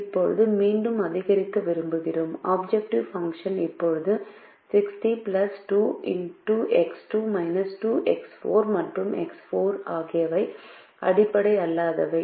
இப்போது மீண்டும் அதிகரிக்க விரும்புகிறோம் ஆப்ஜெக்ட்டிவ் பாங்ஷுன் புறநிலை செயல்பாடு இப்போது 60 2 X2−2 X4 X2 மற்றும் X4 ஆகியவை அடிப்படை அல்லாதவை